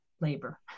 labor